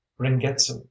ringetsu